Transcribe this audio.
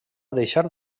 deixar